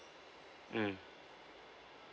mm